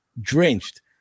drenched